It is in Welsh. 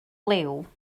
liw